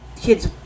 kids